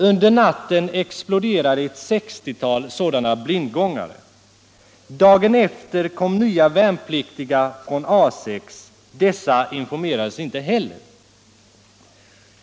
Under natten exploderade ett 60-tal sådana blindgångare. Dagen efter kom nya värnpliktiga från A 6. Dessa informerades inte heller om risken.